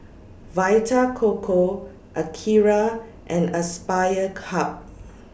Vita Coco Akira and Aspire Hub